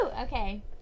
Okay